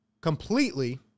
completely